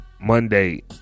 Monday